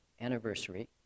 anniversary